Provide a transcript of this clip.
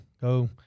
Go